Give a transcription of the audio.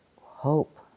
hope